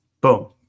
boom